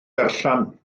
berllan